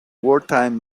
wartime